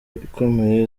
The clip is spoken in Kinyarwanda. ikomeye